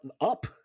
up